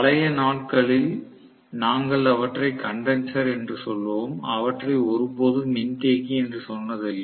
பழைய நாட்களில் நாங்கள் அவற்றை கன்டென்சர் என்றே சொல்வோம் அவற்றை ஒருபோதும் மின்தேக்கி என்று சொன்னதில்லை